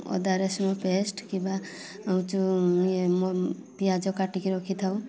ଅଦା ରସୁଣ ପେଷ୍ଟ କିମ୍ବା ଆଉ ଯେଉଁ ଇଏ ପିଆଜ କାଟିକି ରଖିଥାଉ